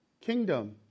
kingdom